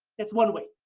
that's one way.